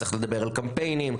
צריך לדבר על קמפיינים,